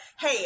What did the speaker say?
Hey